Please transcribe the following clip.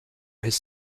his